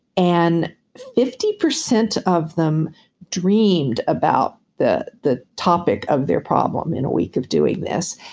and fifty percent of them dreamed about the the topic of their problem in a week of doing this,